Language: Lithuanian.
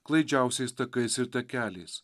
klaidžiausiais takais ir takeliais